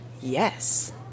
Yes